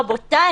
רבותיי,